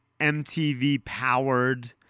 MTV-powered